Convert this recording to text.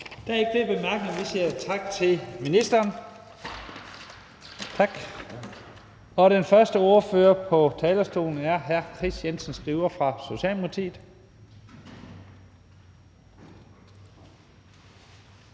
Der er ikke flere korte bemærkninger. Vi siger tak til ministeren. Og den første ordfører på talerstolen er hr. Kris Jensen Skriver fra Socialdemokratiet.